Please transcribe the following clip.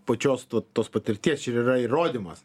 pačios vat tos patirties čia ir yra įrodymas